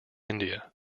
india